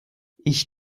ich